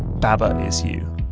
baba is you.